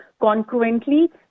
concurrently